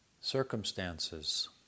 circumstances